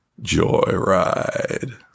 joyride